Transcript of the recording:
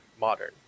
modern